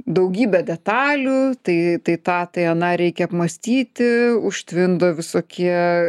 daugybė detalių tai tai tą tai aną reikia apmąstyti užtvindo visokie